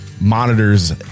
monitors